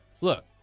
Look